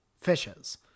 fishes